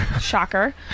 Shocker